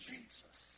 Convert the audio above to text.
Jesus